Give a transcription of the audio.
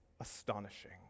astonishing